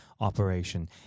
operation